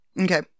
Okay